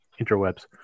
interwebs